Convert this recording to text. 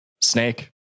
Snake